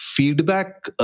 Feedback